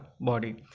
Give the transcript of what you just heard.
body